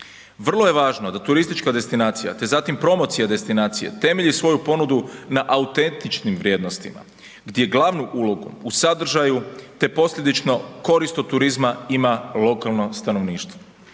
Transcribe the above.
Vrlo je važno da turistička destinacija te zatim promocija destinacije temelji svoju ponudu na autentičnim vrijednostima gdje glavnu ulogu u sadržaju te posljedično korist od turizma ima lokalno stanovništvo.